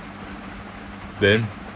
then